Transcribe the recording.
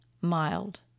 mild